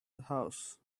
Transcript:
house